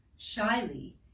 Shyly